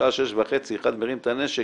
בשעה שש וחצי אחד מרים את הנשק,